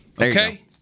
Okay